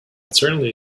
certainly